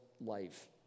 life